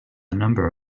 number